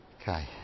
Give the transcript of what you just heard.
Okay